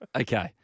Okay